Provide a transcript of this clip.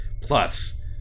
Plus